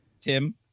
Tim